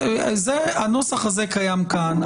הנוסח הזה קיים כאן,